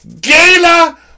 Gala